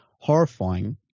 horrifying